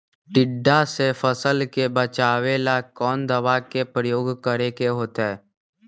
टिड्डा से फसल के बचावेला कौन दावा के प्रयोग करके होतै?